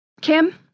Kim